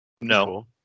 No